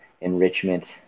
enrichment